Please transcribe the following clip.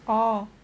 orh